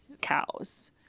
cows